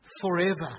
forever